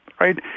right